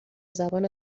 زبان